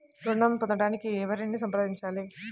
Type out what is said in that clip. ఋణం పొందటానికి ఎవరిని సంప్రదించాలి?